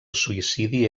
suïcidi